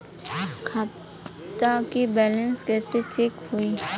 खता के बैलेंस कइसे चेक होई?